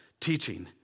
teaching